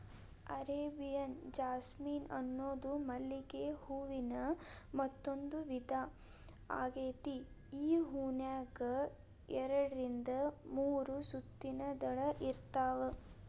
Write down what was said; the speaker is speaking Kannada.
ಅರೇಬಿಯನ್ ಜಾಸ್ಮಿನ್ ಅನ್ನೋದು ಮಲ್ಲಿಗೆ ಹೂವಿನ ಮತ್ತಂದೂ ವಿಧಾ ಆಗೇತಿ, ಈ ಹೂನ್ಯಾಗ ಎರಡರಿಂದ ಮೂರು ಸುತ್ತಿನ ದಳ ಇರ್ತಾವ